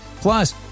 Plus